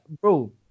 bro